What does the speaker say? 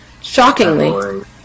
Shockingly